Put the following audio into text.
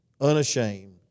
unashamed